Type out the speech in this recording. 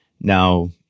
now